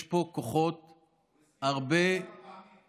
יש פה כוחות הרבה, הוא הזכיר אותך כמה פעמים.